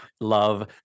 love